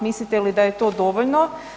Mislite li da je to dovoljno?